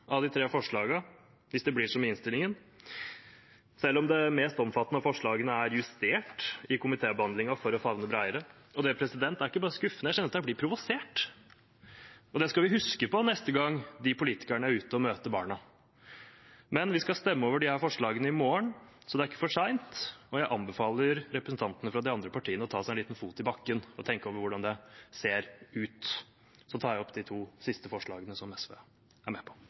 av de tre forslagene, hvis det blir som i innstillingen – selv om det mest omfattende av forslagene er justert i komitébehandlingen for å favne bredere. Det er ikke bare skuffende, jeg kjenner at jeg blir provosert. Det skal vi huske på neste gang de politikerne er ute og møter barna. Men vi skal stemme over disse forslagene i morgen, så det er ikke for seint. Jeg anbefaler representantene fra de andre partiene å sette en liten fot i bakken og tenke over hvordan det ser ut. Så tar jeg opp de to siste forslagene fra SV. Representanten Freddy André Øvstegård har tatt opp de forslagene han refererte til. Barna våre er